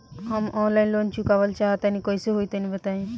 हम online loan चुकावल चाहऽ तनि कइसे होई तनि बताई?